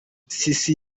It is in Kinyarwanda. sisi